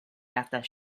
after